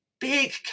big